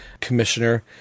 commissioner